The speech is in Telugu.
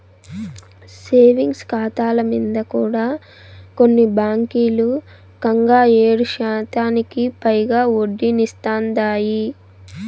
సేవింగ్స్ కాతాల మింద కూడా కొన్ని బాంకీలు కంగా ఏడుశాతానికి పైగా ఒడ్డనిస్తాందాయి